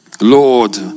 Lord